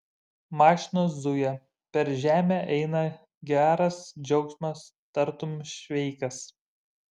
mašinos zuja per žemę eina geras džiaugsmas tartum šveikas